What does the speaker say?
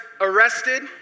arrested